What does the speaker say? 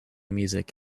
music